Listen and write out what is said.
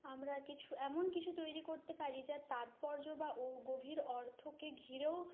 আমরা কিছু এমন কিছু তৈরি করতে পারি যা তাৎপর্য বা গভীর অর্থকে ঘিরেও